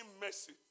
mercy